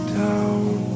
down